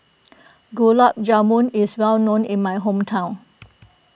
Gulab Jamun is well known in my hometown